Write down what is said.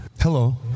Hello